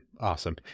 Awesome